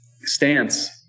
stance